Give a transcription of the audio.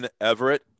Everett